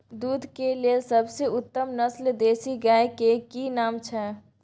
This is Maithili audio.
दूध के लेल सबसे उत्तम नस्ल देसी गाय के की नाम छै?